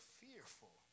fearful